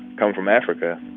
come from africa